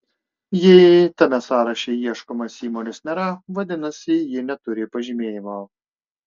jei tame sąraše ieškomos įmonės nėra vadinasi ji neturi pažymėjimo